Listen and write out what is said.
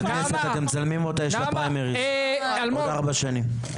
ערוץ הכנסת אתם מצלמים אותה יש לה פריימריז עוד ארבע שנים.